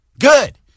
Good